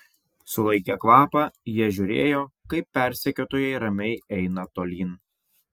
sulaikę kvapą jie žiūrėjo kaip persekiotojai ramiai eina tolyn